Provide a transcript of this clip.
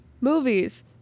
Movies